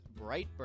Brightburn